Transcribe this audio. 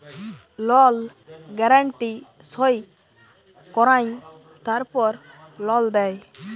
লল গ্যারান্টি সই কঁরায় তারপর লল দেই